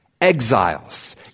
exiles